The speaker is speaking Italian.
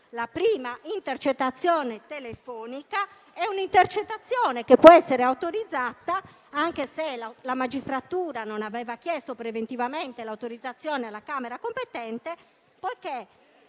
la prima intercettazione telefonica può essere autorizzata, anche se la magistratura non aveva chiesto preventivamente l'autorizzazione alla Camera competente, poiché